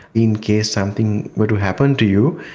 in case something were to happen to you,